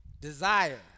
desire